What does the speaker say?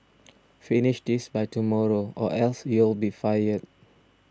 finish this by tomorrow or else you'll be fired